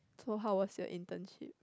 so how was your internship